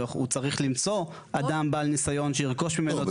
הוא צריך למצוא אדם בעל ניסיון שירכוש ממנו את הקרקע.